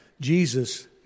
Jesus